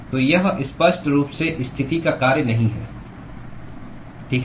तो यह स्पष्ट रूप से स्थिति का कार्य नहीं है ठीक है